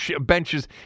benches